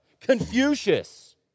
Confucius